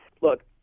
look